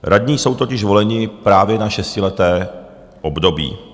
Radní jsou totiž voleni právě na šestileté období.